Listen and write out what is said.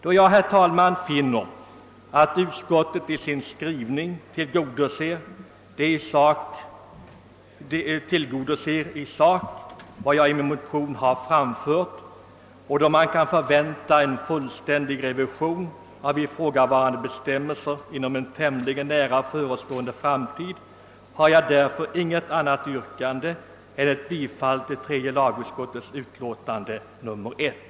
Då jag, herr talman, finner att utskottet i sin skrivning i sak tillgodoser vad jag i min motion har framfört och då man kan förvänta en fullständig revision av ifrågavarande bestämmelser inom en tämligen nära förestående framtid, har jag inget annat yrkande än om bifall till tredje lagutskottets hemställan i dess utlåtande nr 1.